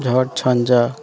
ঝড় ঝঞ্জা